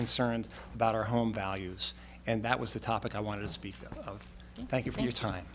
concerned about our home values and that was the topic i want to speak of thank you for your time